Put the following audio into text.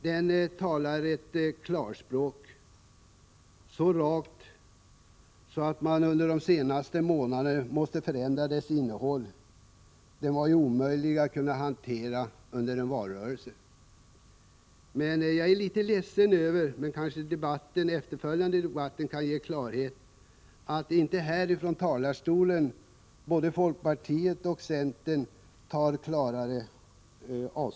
Där talas det klarspråk så rakt att man under de senaste månaderna måst förändra dess innehåll — den var ju omöjlig att hantera under en valrörelse. Jag är litet ledsen över — men kanske den efterföljande debatten kan ge klarhet — att inte folkpartiet och centern från talarstolen har tagit klarare avstånd från moderaterna.